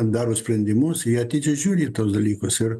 daro sprendimus jie atidžiai žiūri į tuos dalykus ir